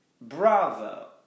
bravo